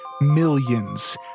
millions